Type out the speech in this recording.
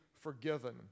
forgiven